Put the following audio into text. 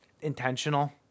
intentional